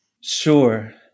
Sure